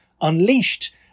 unleashed